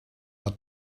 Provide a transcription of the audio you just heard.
are